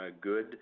good